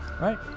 Right